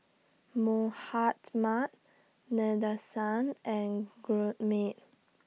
Mahatma Nadesan and Gurmeet